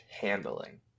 handling